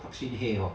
park shin hye hor